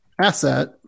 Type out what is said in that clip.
asset